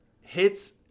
hits